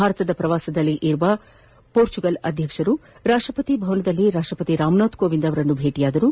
ಭಾರತದ ಪ್ರವಾಸದಲ್ಲಿರುವ ಪೋರ್ಚುಗಲ ಅಧ್ಯಕ್ಷರು ರಾಷ್ಟ್ರಪತಿ ಭವನದಲ್ಲಿ ರಾಷ್ಟ್ರಪತಿ ರಾಮನಾಥ್ ಕೋವಿಂದ್ ಅವರನ್ನು ಭೇಟಿ ಮಾಡಿದರು